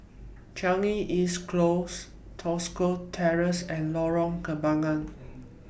Changi East Close Tosca Terrace and Lorong Kembangan